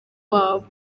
wabo